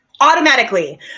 automatically